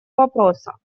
вопроса